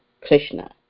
Krishna